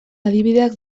adibideak